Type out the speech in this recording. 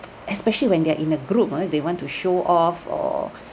especially when they're in a group ah they want to show off or